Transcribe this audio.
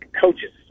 Coaches